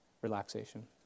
relaxation